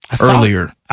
earlier